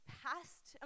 past